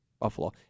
Buffalo